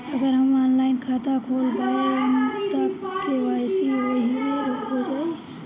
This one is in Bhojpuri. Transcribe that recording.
अगर हम ऑनलाइन खाता खोलबायेम त के.वाइ.सी ओहि बेर हो जाई